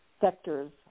sectors